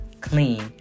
clean